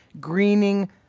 greening